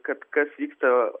kad kas vyksta